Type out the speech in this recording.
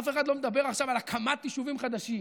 אף אחד לא מדבר עכשיו על הקמת יישובים חדשים,